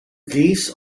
geese